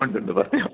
ആ ഉണ്ട് ഉണ്ട് പറഞ്ഞോ